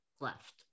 left